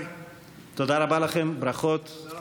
תודה, יושב-ראש הכנסת.